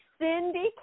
Cindy